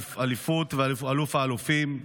אליפות ואלוף האלופים,